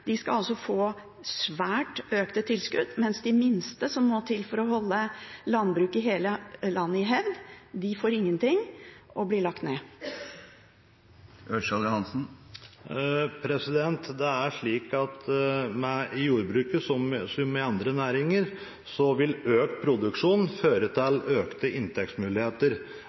mens de minste, som må til for å holde landbruket i hele landet i hevd, får ingen ting og blir lagt ned. Det er slik at med jordbruket, som i andre næringer, vil økt produksjon føre til